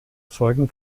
zeugen